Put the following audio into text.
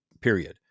Period